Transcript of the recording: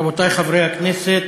רבותי חברי הכנסת,